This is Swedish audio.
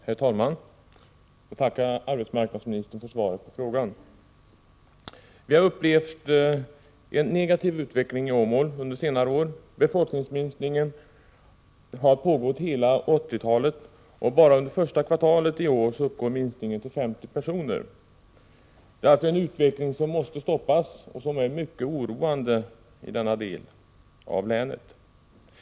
Herr talman! Jag tackar arbetsmarknadsministern för svaret på frågan. Vi har upplevt en negativ utveckling i Åmål under senare år. Befolkningsminskningen har pågått under hela 1980-talet, och bara under första kvartalet i år uppgår minskningen till 50 personer. Det är en utveckling i denna del av länet som är mycket oroande och som måste stoppas.